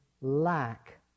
lack